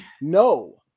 no